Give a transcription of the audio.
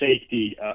safety